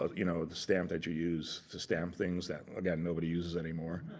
ah you know, the stamp that you use to stamp things, that again, nobody uses anymore.